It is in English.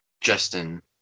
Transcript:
Justin